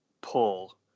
pull